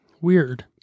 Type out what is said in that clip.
Weird